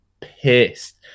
pissed